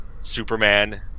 Superman –